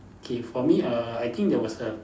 okay for me err I think there was a